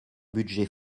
budget